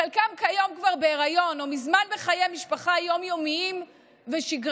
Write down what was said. חלקם כיום כבר בהיריון או מזמן בחיי משפחה יום-יומיים ושגרתיים.